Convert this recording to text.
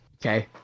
okay